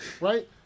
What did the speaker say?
right